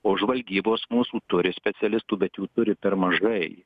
o žvalgybos mūsų turi specialistų bet jų turi per mažai